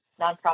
nonprofit